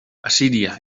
assíria